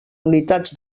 unitats